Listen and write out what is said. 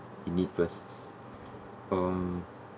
in need first um